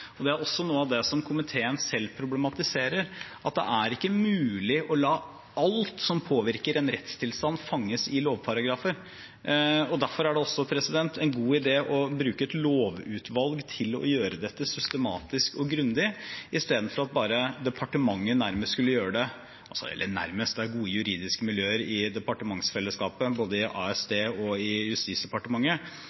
og rett av lovteksten. Det er også noe av det komiteen selv problematiserer, at det er ikke mulig å la alt som påvirker en rettstilstand, fanges i lovparagrafer. Derfor er det også en god idé å bruke et lovutvalg til å gjøre dette systematisk og grundig, i stedet for at departementet nærmest skulle gjøre det. Eller «nærmest», det er gode juridiske miljøer i departementsfellesskapet i både